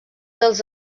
dels